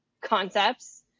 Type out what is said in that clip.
concepts